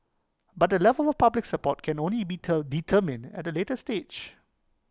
but the level of public support can only be ter determined at A later stage